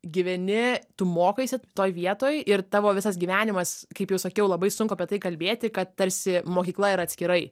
gyveni tu mokaisi toj vietoj ir tavo visas gyvenimas kaip jau sakiau labai sunku apie tai kalbėti kad tarsi mokykla yra atskirai